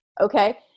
okay